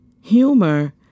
Humor